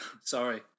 Sorry